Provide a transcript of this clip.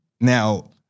Now